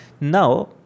Now